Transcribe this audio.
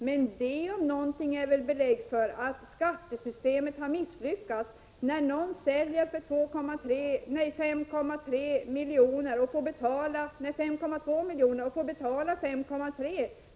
Men detta om någonting är väl belägg för att skattesystemet har misslyckats, dvs. när någon säljer för 5,2 miljoner och får betala 5,3 miljoner?